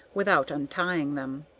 without untying them.